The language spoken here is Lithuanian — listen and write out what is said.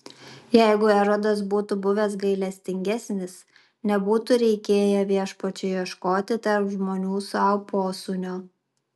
jeigu erodas būtų buvęs gailestingesnis nebūtų reikėję viešpačiui ieškoti tarp žmonių sau posūnio